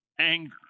anger